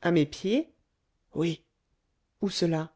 à mes pieds oui où cela